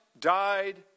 died